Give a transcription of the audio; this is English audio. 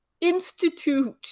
institute